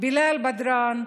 בילאל בדראן,